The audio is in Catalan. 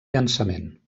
llançament